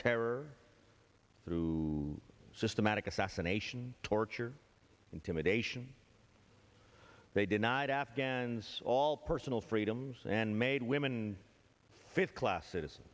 terror through systematic assassination torture intimidation they denied afghans all personal freedoms and made women fifth class citizens